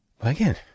again